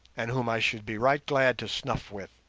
and whom i should be right glad to snuff with.